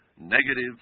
negative